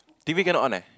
T_V cannot on eh